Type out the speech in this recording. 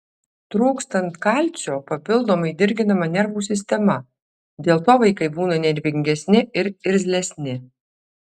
trūkstant kalcio papildomai dirginama nervų sistema dėl to vaikai būna nervingesni ir irzlesni